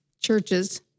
churches